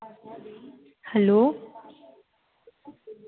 hello